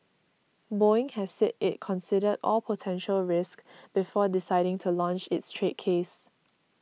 Boeing has said it considered all potential risks before deciding to launch its trade case